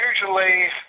usually